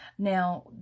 Now